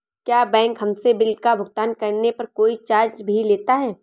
क्या बैंक हमसे बिल का भुगतान करने पर कोई चार्ज भी लेता है?